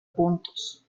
puntos